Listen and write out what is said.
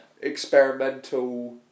Experimental